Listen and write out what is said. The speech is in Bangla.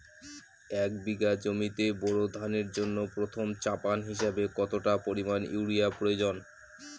এক বিঘা জমিতে বোরো ধানের জন্য প্রথম চাপান হিসাবে কতটা পরিমাণ ইউরিয়া প্রয়োজন?